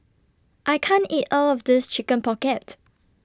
I can't eat All of This Chicken Pocket